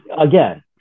again